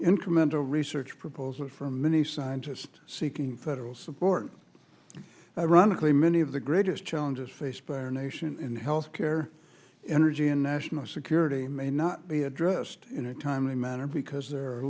incremental research proposal from many scientists seeking federal support ironically many of the greatest challenges faced by our nation in health care energy and national security may not be addressed in a timely manner because there are